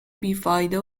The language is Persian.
بیفایده